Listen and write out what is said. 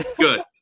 Good